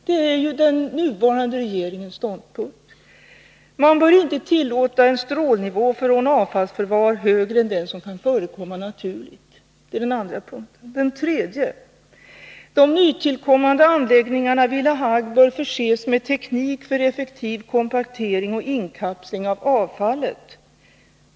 Det är ju den nuvarande regeringens ståndpunkt. För det andra bör man inte tillåta en strålningsnivå från avfallsföring som är högre än den som kan förekomma naturligt. För det tredje bör de nu tillkommande anläggningarna vid La Hague förses med teknik för effektiv kompaktering och inkapsling av avfallet.